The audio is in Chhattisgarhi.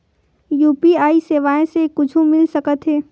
यू.पी.आई सेवाएं से कुछु मिल सकत हे?